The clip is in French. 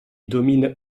domine